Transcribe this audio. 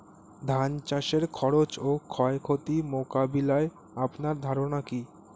ধান চাষের খরচ ও ক্ষয়ক্ষতি মোকাবিলায় আপনার ধারণা কী?